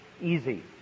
easy